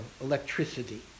electricity